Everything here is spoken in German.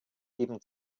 geben